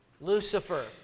Lucifer